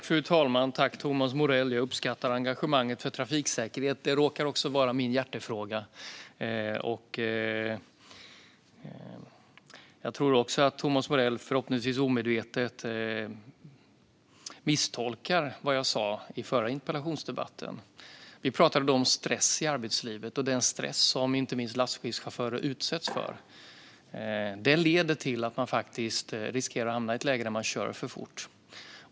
Fru talman! Tack, Thomas Morell! Jag uppskattar engagemanget för trafiksäkerhet. Det råkar vara min hjärtefråga. Jag tror att Thomas Morell, förhoppningsvis omedvetet, misstolkar vad jag sa i den förra interpellationsdebatten. Vi pratade om stress i arbetslivet och den stress som inte minst lastbilschaufförer utsätts för. Den leder till att man riskerar att hamna i ett läge där man kör för fort.